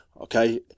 Okay